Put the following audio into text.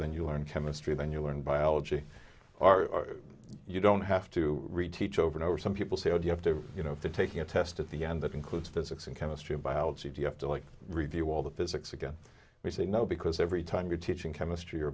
then you learn chemistry then you learn biology are you don't have to reteach over and over some people say oh you have to you know for taking a test at the end that includes physics and chemistry biology do you have to like review all the physics again we say no because every time you're teaching chemistry or